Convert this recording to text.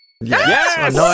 Yes